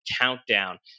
countdown